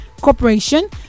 Corporation